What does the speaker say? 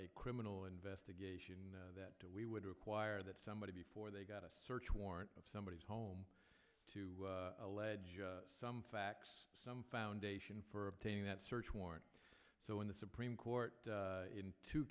a criminal investigation that we would require that somebody before they got a search warrant somebody home to allege some facts some foundation for obtaining that search warrant so in the supreme court in two